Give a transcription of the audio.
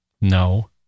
No